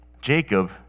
Jacob